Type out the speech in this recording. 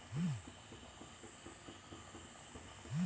ತೆಂಗಿನ ತೋಟಕ್ಕೆ ನೀರು ಹಾಕಲು ಯಾವ ವ್ಯವಸ್ಥೆಯನ್ನು ಮಾಡಬೇಕಾಗ್ತದೆ?